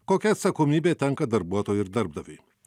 kokia atsakomybė tenka darbuotojui ir darbdaviui